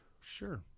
Sure